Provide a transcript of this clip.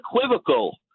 unequivocal